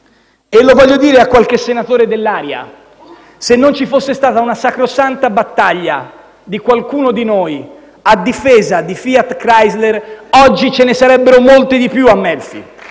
e voglio dire a qualche senatore dell'area che, se non ci fosse stata una sacrosanta battaglia di qualcuno di noi a difesa di Fiat Chrysler, oggi ce ne sarebbero molte di più a Melfi.